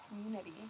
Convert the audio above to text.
community